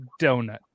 donut